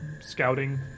scouting